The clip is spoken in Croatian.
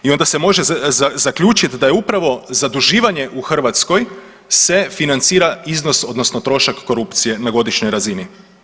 I onda se može zaključiti da je upravo zaduživanje u Hrvatskoj se financira iznos odnosno trošak korupcije na godišnjoj razini.